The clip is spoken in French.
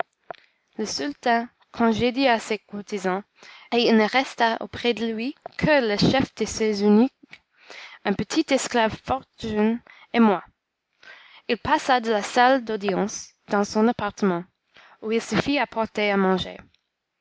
le sultan congédia ses courtisans et il ne resta auprès de lui que le chef de ses eunuques un petit esclave fort jeune et moi il passa de la salle d'audience dans son appartement où il se fit apporter à manger